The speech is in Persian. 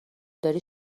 داری